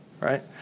right